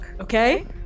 okay